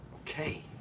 Okay